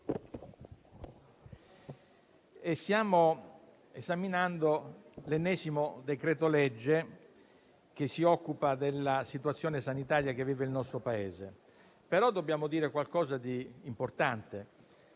stiamo esaminando l'ennesimo decreto-legge che si occupa della situazione sanitaria che vive il nostro Paese. Dobbiamo dire però qualcosa di importante